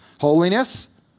holiness